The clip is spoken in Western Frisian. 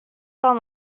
dan